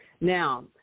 Now